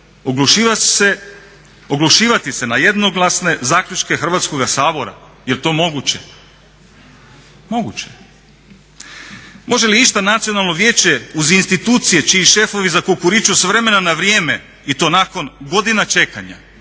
oglušivati se na jednoglasne zaključke Hrvatskoga sabora. Jel to moguće? Moguće je. Može li išta Nacionalno vijeća uz institucije čiji šefovi zakukuriču s vremena na vrijeme i to nakon godina čekanja,